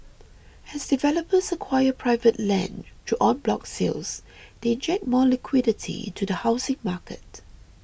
as developers acquire private land through en bloc sales they inject more liquidity into the housing market